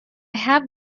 have